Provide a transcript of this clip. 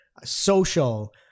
social